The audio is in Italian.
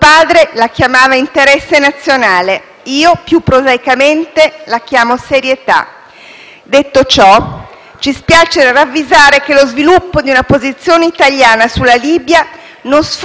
In questi giorni e in queste ore parlate con più e troppe voci: non si capisce in capo a chi stia la conduzione della politica estera e quale linea o strategia si intenda seguire.